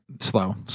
slow